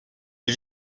est